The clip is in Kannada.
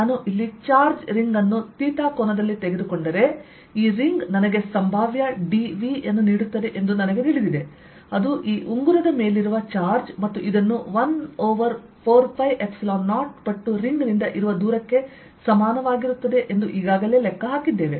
ನಾನು ಇಲ್ಲಿ ಚಾರ್ಜ್ ರಿಂಗ್ ಅನ್ನು ಥೀಟಾ ಕೋನದಲ್ಲಿ ತೆಗೆದುಕೊಂಡರೆ ಈ ರಿಂಗ್ ನನಗೆ ಸಂಭಾವ್ಯ dV ಯನ್ನು ನೀಡುತ್ತದೆ ಎಂದು ನನಗೆ ತಿಳಿದಿದೆ ಅದು ಈ ಉಂಗುರದ ಮೇಲಿರುವ ಚಾರ್ಜ್ ಮತ್ತು ಇದನ್ನು 1 ಓವರ್ 4π0 ಪಟ್ಟು ರಿಂಗ್ ನಿಂದ ಇರುವ ದೂರಕ್ಕೆ ಸಮಾನವಾಗಿರುತ್ತದೆ ಎಂದು ಲೆಕ್ಕ ಹಾಕಿದ್ದೇವೆ